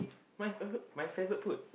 my favourite my favourite food